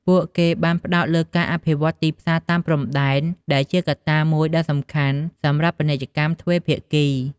ពួកគេបានផ្តោតលើការអភិវឌ្ឍទីផ្សារតាមព្រំដែន ដែលជាកត្តាមួយដ៏សំខាន់សម្រាប់ពាណិជ្ជកម្មទ្វេភាគី។